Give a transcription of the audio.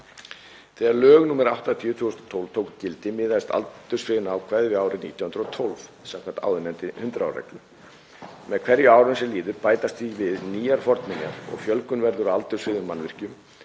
Þegar lög nr. 80/2012 tóku gildi miðaðist aldursfriðunarákvæðið við árið 1912 samkvæmt áðurnefndri 100 ára reglu. Með hverju árinu sem líður bætast því við nýjar fornminjar og fjölgun verður á aldursfriðuðum mannvirkjum,